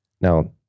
Now